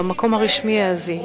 במקום הרשמי הזה,